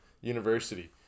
University